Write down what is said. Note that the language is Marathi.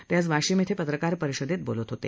ते आज वाशिम इथं पत्रकार परिषदेत बोलत होते